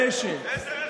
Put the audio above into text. זו הבעיה האמיתית ברשת.